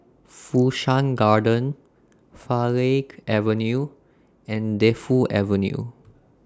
Fu Shan Garden Farleigh Avenue and Defu Avenue